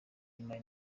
y’imari